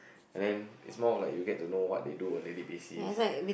and then is more like you get to know what they do on daily basis